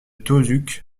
tauzuc